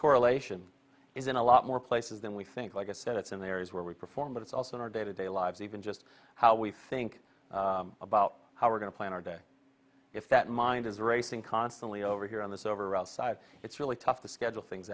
correlation isn't a lot more places than we think like i said it's in the areas where we perform but it's also in our day to day lives even just how we think about how we're going to plan our day if that mind is racing constantly over here on this over outside it's really tough to schedule things